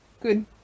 good